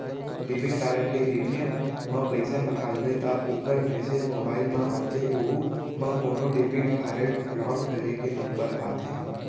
debit card ले ATM म पइसा निकालबे त ओकर मेसेज मोबाइल म आथे ओहू म डेबिट कारड ब्लाक करे के नंबर आथे